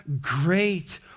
great